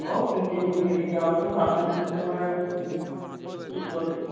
ও কিছু ভেবে অত ভাবনা চিন্তা করার কিছু নেই কী করবে